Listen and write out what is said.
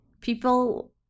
people